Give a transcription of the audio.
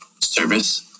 service